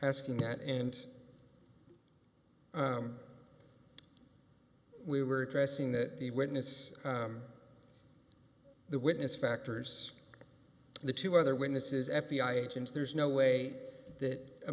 asking that and we were dressing that the witness the witness factors the two other witnesses f b i agents there's no way that a